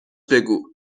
بگو